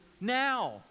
now